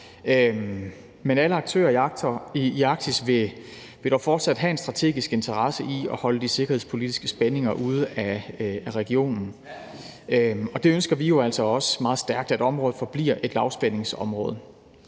men alle aktører i Arktis vil dog fortsat have en strategisk interesse i at holde de sikkerhedspolitiske spændinger ude af regionen, og vi ønsker jo altså også meget stærkt, at området forbliver et lavspændingsområde,